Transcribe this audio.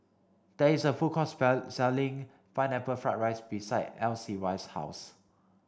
there is a food court selling pineapple fried rice Icy's house